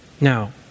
Now